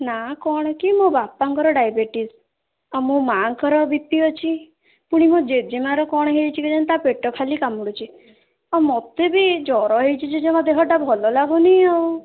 ନା କ'ଣ କି ମୋ ବାପାଙ୍କର ଡ଼ାଇବେଟିସ୍ ଆଉ ମୋ ମାଆଙ୍କର ବିପି ଅଛି ପୁଣି ମୋ ଜେଜେମାଆ ର କ'ଣ ହେଇଛି କେଜାଣି ତା ପେଟ ଖାଲି କାମୁଡ଼ୁଛି ଆଉ ମୋତେ ବି ଜ୍ୱର ହେଇଛି ଯେ ଜମା ଦେହଟା ଭଲ ଲାଗୁନି ଆଉ